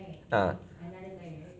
ah